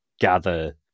gather